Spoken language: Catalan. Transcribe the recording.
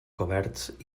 coberts